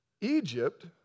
Egypt